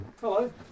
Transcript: Hello